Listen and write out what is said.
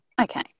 okay